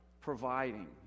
providing